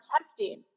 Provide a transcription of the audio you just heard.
testing